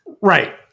right